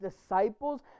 disciples